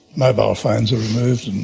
mobile phones are removed,